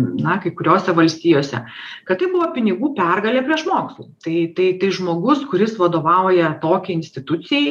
na kai kuriose valstijose kad tai buvo pinigų pergalė prieš mokslą tai tai tai žmogus kuris vadovauja tokiai institucijai